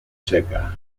seca